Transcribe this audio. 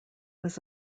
was